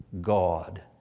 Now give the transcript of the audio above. God